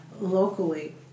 locally